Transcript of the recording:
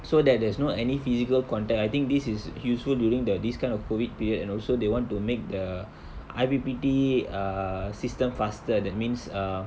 so that there's no any physical contact I think this is useful during the this kind of COVID period and also they want to make the I_P_P_T uh system faster that means err